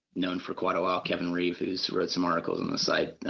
known for quite a while, kevin reefe who has read some articles in the site,